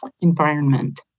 environment